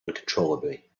uncontrollably